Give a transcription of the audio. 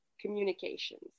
communications